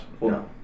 No